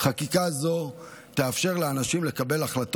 חקיקה זו תאפשר לאנשים לקבל החלטות